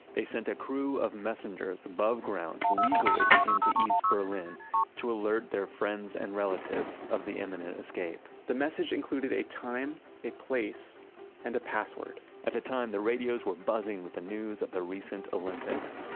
they sent a crew of messengers above ground legally into east berlin to alert their friends and relatives of the imminent escape the message included a time, a place and a password at the time, the radios were buzzing with the news of the recent olympics